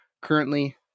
Currently